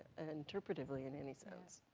and interpretively, in any sense?